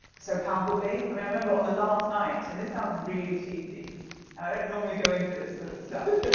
so palpably. i mean, i remember on the last night, and this sounds really cheesy, and i don't normally go in for this sort of stuff.